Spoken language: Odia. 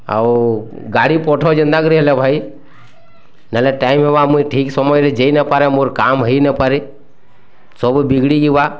ଆଉ ଗାଡ଼ି ପଠ୍ ଯେନ୍ତା କରି ହେଲେ ଭାଇ ନହେଲେ ଟାଇମ୍ ହେବା ମୁଇଁ ଠିକ୍ ସମୟରେ ଯେଇ ନପାରେ ମୋରୋ କାମ୍ ହୋଇନପାରେ ସବୁ ବିଗିଡ଼ି ଯିବା